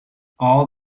all